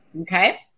Okay